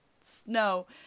snow